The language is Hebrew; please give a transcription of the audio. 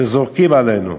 שזורקים עלינו,